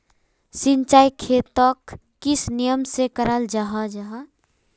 सिंचाई खेतोक किस नियम से कराल जाहा जाहा?